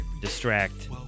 distract